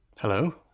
Hello